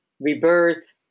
rebirth